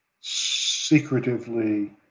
secretively